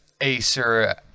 Acer